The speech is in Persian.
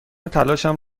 تلاشم